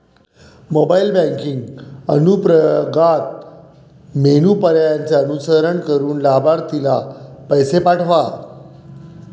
mobile banking अनुप्रयोगात menu पर्यायांचे अनुसरण करून लाभार्थीला पैसे पाठवा